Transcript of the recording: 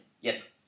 Yes